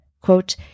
Quote